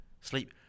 sleep